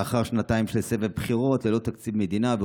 לאחר שנתיים של סבבי בחירות ללא תקציב מדינה,